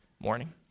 morning